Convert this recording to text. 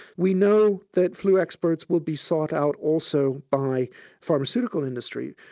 we know that flu experts will be sought out also by pharmaceutical industry.